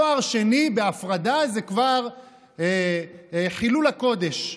תואר שני בהפרדה זה כבר חילול הקודש,